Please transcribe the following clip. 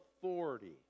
authority